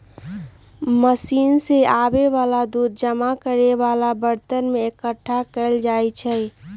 machine से आबे वाला दूध जमा करे वाला बरतन में एकट्ठा कएल जाई छई